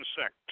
sect